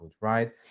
right